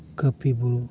ᱠᱟᱹᱯᱤ